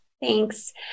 Thanks